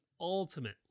ultimate